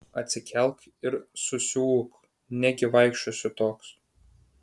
atsikelk ir susiūk negi vaikščiosiu toks